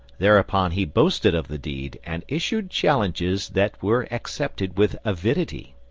thereupon he boasted of the deed, and issued challenges that were accepted with avidity.